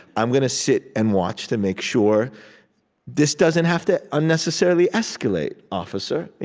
i'm gonna sit and watch to make sure this doesn't have to unnecessarily escalate, officer.